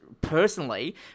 personally